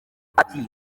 ati